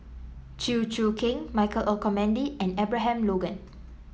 Chew Choo Keng Michael Olcomendy and Abraham Logan